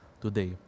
today